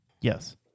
Yes